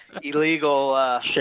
illegal